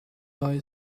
isle